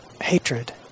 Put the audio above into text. hatred